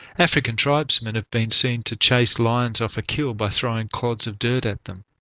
african tribesmen have been seen to chase lions off a kill by throwing clods of dirt at them.